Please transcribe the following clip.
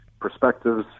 perspectives